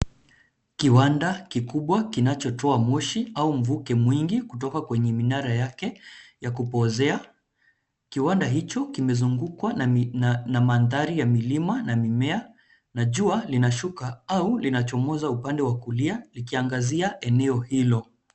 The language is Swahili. Kiwanda kikubwa kinachotoa moshi au mvuke mwingi kutoka kwenye minara yake ya kupozea. Kiwanda hicho kimezungukwa na mandhari ya milima na mimea, na jua linashuka au upande wa kulia, likiangazia eneo hilo.